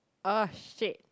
oh shit